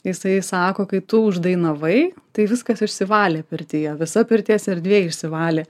jisai sako kai tu uždainavai tai viskas išsivalė pirtyje visa pirties erdvė išsivalė